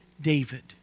David